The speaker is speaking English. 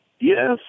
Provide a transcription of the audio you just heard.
Yes